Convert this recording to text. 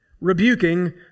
rebuking